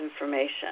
information